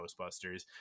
Ghostbusters